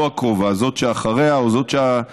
לא הקרובה אלא זאת שאחריה או זאת שאחריה,